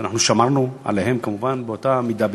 ואנחנו שמרנו עליהם כמובן באותה מידה בדיוק.